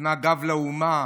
מפנה גב לאומה.